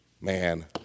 man